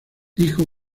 dijo